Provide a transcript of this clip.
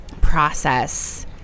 process